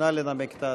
נא לנמק את ההצעה.